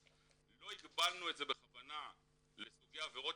לא הגבלנו את זה בכוונה לסוגי עבירות,